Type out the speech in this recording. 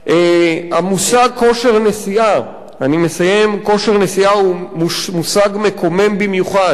המושג כושר נשיאה הוא מושג מקומם במיוחד.